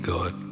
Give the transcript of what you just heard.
God